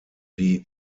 die